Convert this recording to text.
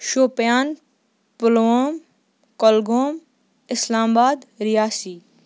Shopian Pulwama Kulgam Islamabad Reasi